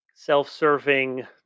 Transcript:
self-serving